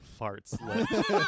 farts